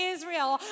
Israel